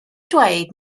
dweud